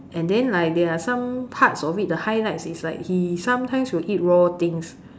and then like there are some parts of it the highlights is like he sometimes will eat raw things